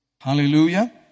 Hallelujah